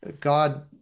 god